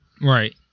Right